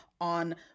on